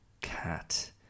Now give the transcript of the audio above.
cat